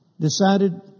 decided